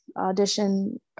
audition